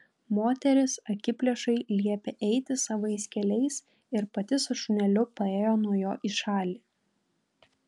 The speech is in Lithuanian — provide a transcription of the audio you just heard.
moteris akiplėšai liepė eiti savais keliais ir pati su šuneliu paėjo nuo jo į šalį